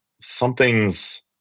something's